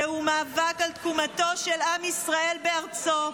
זהו מאבק על תקומתו של עם ישראל בארצו.